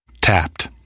Tapped